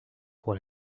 pour